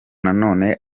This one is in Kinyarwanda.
nanone